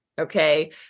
Okay